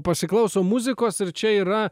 pasiklausom muzikos ir čia yra